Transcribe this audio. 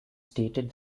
stated